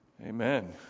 amen